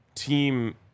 Team